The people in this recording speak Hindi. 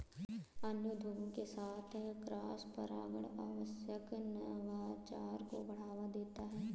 अन्य उद्योगों के साथ क्रॉसपरागण अक्सर नवाचार को बढ़ावा देता है